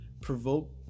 provoke